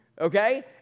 Okay